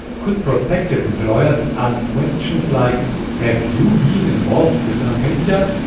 could prospective employers ask questions like have you been involved with al-qaeda?